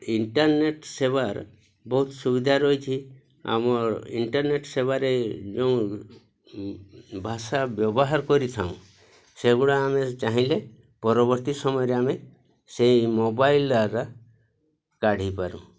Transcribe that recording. internet ସେବାର୍ ବହୁତ ସୁବିଧା ରହିଛି ଆମ ଇଣ୍ଟରନେଟ୍ ସେବାରେ ଯେଉଁ ଭାଷା ବ୍ୟବହାର କରିଥାଉଁ ସେଗୁଡ଼ା ଆମେ ଚାହିଁଲେ ପରବର୍ତ୍ତୀ ସମୟରେ ଆମେ ସେଇ ମୋବାଇଲ୍ କାଢ଼ିପାରୁ